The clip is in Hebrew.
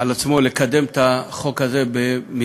על עצמו לקדם את החוק הזה במהירות.